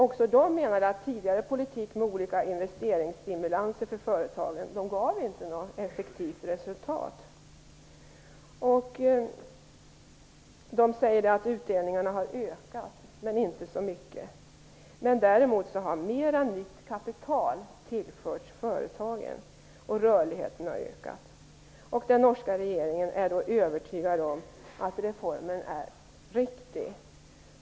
Också i Norge menade man att tidigare politik med olika investeringsstimulanser för företagen inte gav något effektivt resultat. Man säger nu att utdelningarna ha ökat men inte så mycket. Däremot har mera nytt kapital tillförts företagen, och rörligheten har ökat. Den norska regeringen är övertygad om att reformen är riktig.